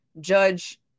Judge